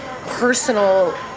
personal